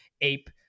ape